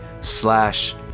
slash